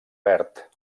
verd